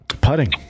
Putting